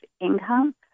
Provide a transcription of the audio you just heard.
income